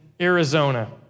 Arizona